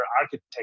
architecture